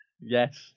yes